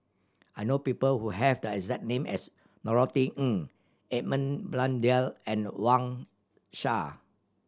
I know people who have the exact name as Norothy Ng Edmund Blundell and Wang Sha